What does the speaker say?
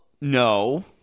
no